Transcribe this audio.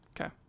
Okay